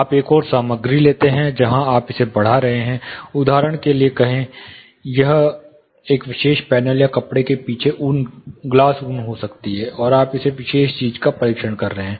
आप एक और सामग्री लेते हैं जहां आप इसे बढ़ा रहे हैं उदाहरण के लिए कहें यह एक विशेष पैनल या कपड़े के पीछे ग्लास ऊन हो सकता है और आप इस विशेष चीज का परीक्षण कर रहे हैं